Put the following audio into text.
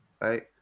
right